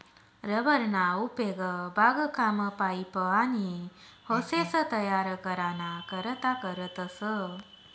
rubber ना उपेग बागकाम, पाइप, आनी होसेस तयार कराना करता करतस